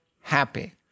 happy